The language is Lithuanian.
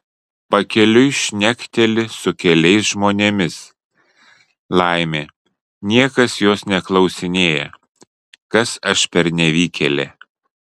pakeliui šnekteli su keliais žmonėmis laimė niekas jos neklausinėja kas aš per nevykėlė